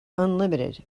unlimited